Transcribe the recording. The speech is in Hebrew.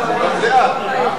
למה?